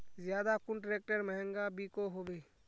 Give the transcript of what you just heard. ज्यादा कुन ट्रैक्टर महंगा बिको होबे?